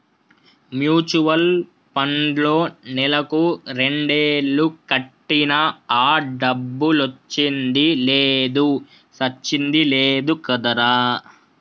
mutual పండ్లో నెలకు రెండేలు కట్టినా ఆ డబ్బులొచ్చింది లేదు సచ్చింది లేదు కదరా